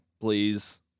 please